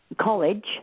college